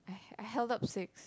I held up six